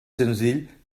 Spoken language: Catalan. senzill